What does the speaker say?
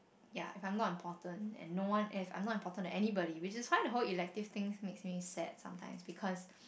ya if I'm not important and no one ask I am not important than anybody which is why the whole elective thing makes me sad sometimes because